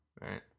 right